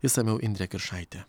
išsamiau indrė kiršaitė